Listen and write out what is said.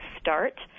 start